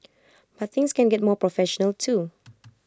but things can get more professional too